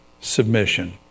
submission